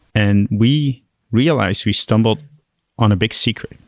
and we realized we stumbled on a big secret,